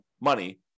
money